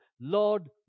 Lord